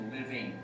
living